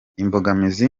imbogamizi